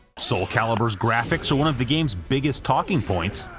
soul calibur's graphics are one of the game's biggest talking points,